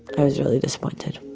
i was really disappointed